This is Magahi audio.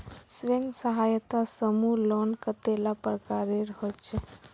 स्वयं सहायता समूह लोन कतेला प्रकारेर होचे?